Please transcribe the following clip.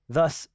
Thus